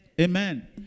amen